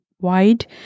wide